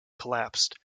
collapsed